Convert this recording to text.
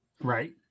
Right